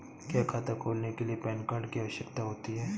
क्या खाता खोलने के लिए पैन कार्ड की आवश्यकता होती है?